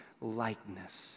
likeness